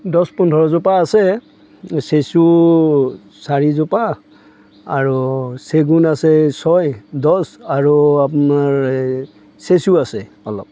দহ পোন্ধৰজোপা আছে চেচু চাৰিজোপা আৰু চেগুন আছে ছয় দহ আৰু আপোনাৰ চেচু আছে অলপ